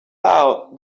out